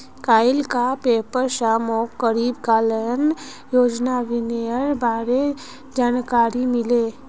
कइल कार पेपर स मोक गरीब कल्याण योजना अभियानेर बारे जानकारी मिलले